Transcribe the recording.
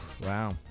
Wow